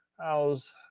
How's